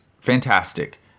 fantastic